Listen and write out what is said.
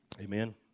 Amen